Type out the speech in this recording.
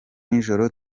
nijoro